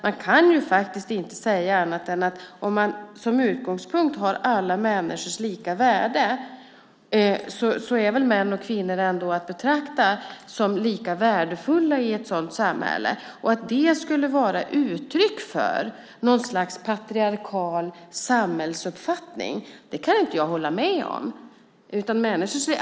Man kan inte säga annat än att om vi som utgångspunkt har alla människors lika värde är väl män och kvinnor ändå att betrakta som lika värdefulla i ett sådant samhälle. Att det skulle vara uttryck för något slags patriarkal samhällsuppfattning kan jag inte hålla med om.